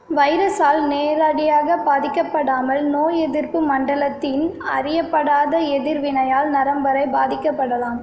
வைரஸால் நேரடியாகப் பாதிக்கப்படாமல் நோய் எதிர்ப்பு மண்டலத்தின் அறியப்படாத எதிர்வினையால் நரம்பறை பாதிக்கப்படலாம்